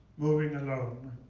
moving alone,